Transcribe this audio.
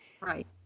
Right